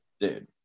Dude